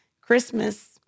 Christmas